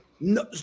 no